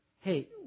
hey